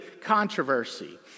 Controversy